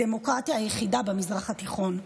הדמוקרטיה היחידה במזרח התיכון.